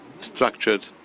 structured